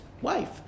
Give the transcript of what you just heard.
wife